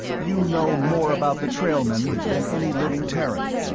you know more about the trailmen than any living terran.